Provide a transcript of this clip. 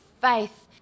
faith